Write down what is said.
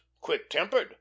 quick-tempered